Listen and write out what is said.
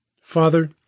Father